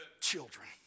children